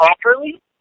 properly